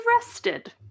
rested